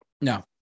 No